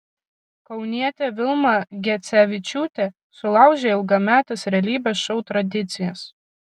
kaunietė vilma gecevičiūtė sulaužė ilgametes realybės šou tradicijas